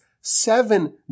seven